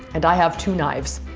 and i have two knives